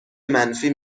منفی